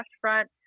front